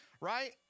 Right